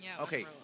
Okay